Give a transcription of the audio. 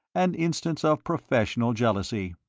an instance of professional jealousy.